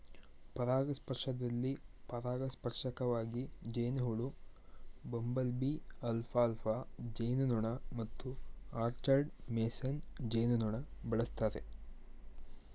ಪರಾಗಸ್ಪರ್ಶದಲ್ಲಿ ಪರಾಗಸ್ಪರ್ಶಕವಾಗಿ ಜೇನುಹುಳು ಬಂಬಲ್ಬೀ ಅಲ್ಫಾಲ್ಫಾ ಜೇನುನೊಣ ಮತ್ತು ಆರ್ಚರ್ಡ್ ಮೇಸನ್ ಜೇನುನೊಣ ಬಳಸ್ತಾರೆ